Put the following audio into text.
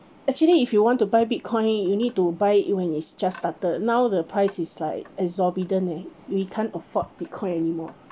actually if you want to buy bitcoin you need to buy it when it's just started now the price is like exorbitant leh we can't afford bitcoin anymore